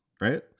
right